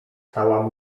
stała